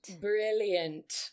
Brilliant